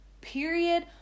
period